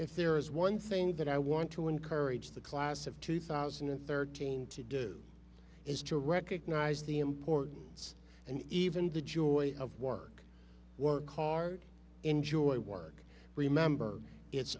if there is one thing that i want to encourage the class of two thousand and thirteen to do is to recognize the importance and even the joy of work work hard enjoy work remember it's